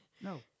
No